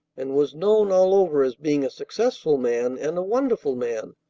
and was known all over as being a successful man and a wonderful man,